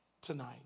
tonight